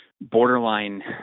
borderline